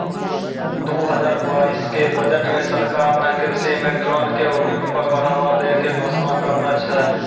दू हजार बाइस के बजट मॅ सरकार नॅ कृषि मॅ ड्रोन के उपयोग पर बढ़ावा दै के घोषणा करनॅ छै